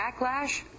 backlash